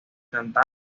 cantante